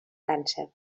càncer